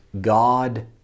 God